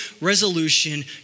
resolution